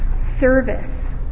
service